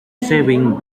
savings